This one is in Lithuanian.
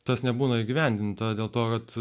tas nebūna įgyvendinta dėl to kad